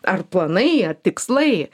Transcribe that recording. ar planai ar tikslai